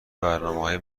برنامههای